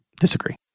Disagree